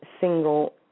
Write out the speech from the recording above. single